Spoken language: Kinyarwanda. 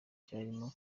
byarimo